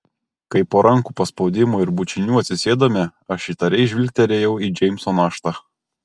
kai po rankų paspaudimų ir bučinių atsisėdome aš įtariai žvilgterėjau į džeimso naštą